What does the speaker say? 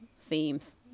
themes